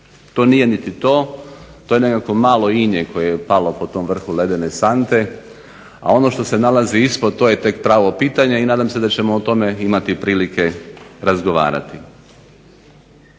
to nije niti to, to je nekakvo manje inje koje je palo po tom vrhu ledene sante, a ono što se nalazi ispod to je tek pravo pitanje i nadam se da ćemo o tome imati prilike razgovarati.